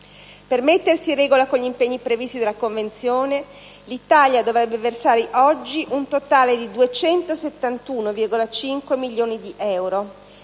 Per mettersi in regola con gli impegni previsti dalla Convenzione l'Italia dovrebbe versare oggi un totale di 271,5 milioni di euro.